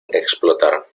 explotar